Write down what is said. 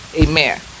Amen